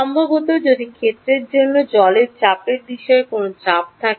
সম্ভবত যদি ক্ষেত্রের মধ্যে জলের চাপের বিষয়ে কোনও চাপ আছে